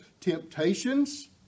temptations